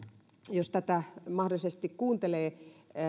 jos tätä mahdollisesti kuuntelevat